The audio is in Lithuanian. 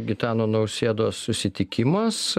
gitano nausėdos susitikimas